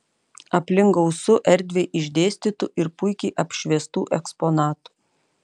aplink gausu erdviai išdėstytų ir puikiai apšviestų eksponatų